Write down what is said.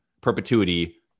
perpetuity